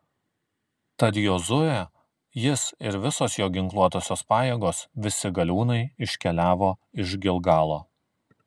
tad jozuė jis ir visos jo ginkluotosios pajėgos visi galiūnai iškeliavo iš gilgalo